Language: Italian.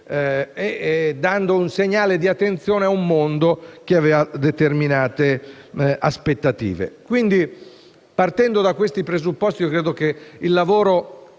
dando un segnale di attenzione a un mondo che aveva determinate aspettative. Partendo da questi presupposti credo quindi che il lavoro